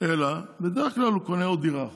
אלא בדרך כלל הוא קונה עוד דירה אחת.